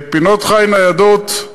פינות-חי ניידות,